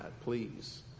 please